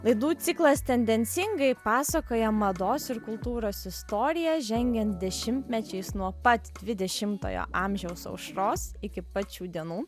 laidų ciklas tendencingai pasakoja mados ir kultūros istoriją žengiant dešimtmečiais nuo pat dvidešimtojo amžiaus aušros iki pat šių dienų